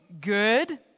good